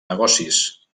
negocis